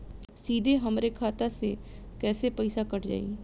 सीधे हमरे खाता से कैसे पईसा कट जाई?